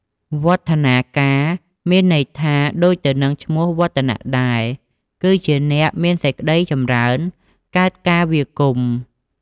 វឌ្ឍនាការ មានន័យថា ដូចទៅនឹងឈ្មោះ វឌ្ឍនៈដែរ គឺជាអ្នកមានសេចក្តីចម្រើន កើតកាលវាលគុម្ព។